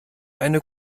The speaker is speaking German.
eine